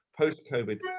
post-COVID